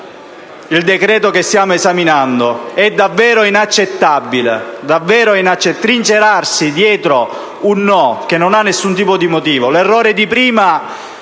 il decreto-legge che stiamo esaminando. È davvero inaccettabile trincerarsi dietro ad un no, che non ha nessun tipo di motivazione. L'errore di prima